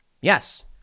Yes